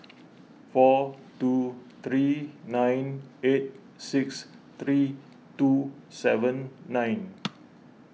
four two three nine eight six three two seven nine